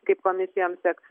kaip komisijom seksis